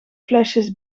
flesjes